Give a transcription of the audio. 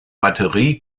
batterie